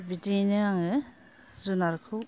बिदियैनो आङो जुनारखौ